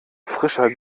frischer